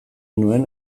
nuen